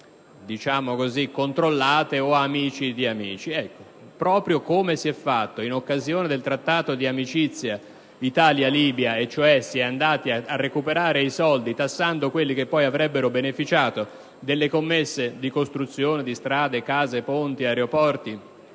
genere a controllate o a amici di amici. Come si è fatto in occasione del trattato di amicizia Italia-Libia, quando si sono recuperati i soldi tassando coloro che poi avrebbero beneficiato delle commesse di costruzione di strade, case, ponti, aeroporti